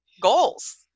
goals